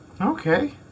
Okay